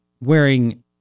wearing